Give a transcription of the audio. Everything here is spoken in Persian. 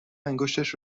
انگشتش